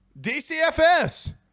DCFS